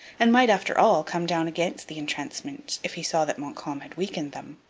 and might, after all, come down against the entrenchments if he saw that montcalm had weakened them.